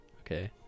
okay